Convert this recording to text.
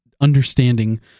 understanding